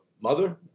mother